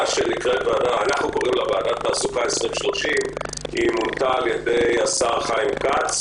אנחנו קוראים לה ועדת תעסוקה 2030. היא מונתה על ידי השר חיים כץ